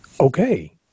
okay